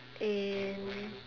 and